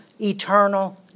eternal